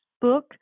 book